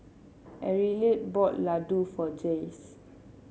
Arleth bought laddu for Jayce